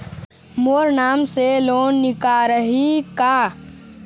मोर नाम से लोन निकारिही का?